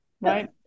right